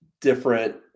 different